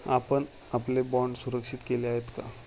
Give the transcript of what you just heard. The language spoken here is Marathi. आपण आपले बाँड सुरक्षित केले आहेत का?